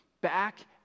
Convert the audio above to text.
back